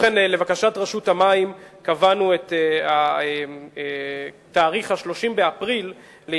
לבקשת רשות המים קבענו את ה-30 באפריל 2010